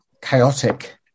chaotic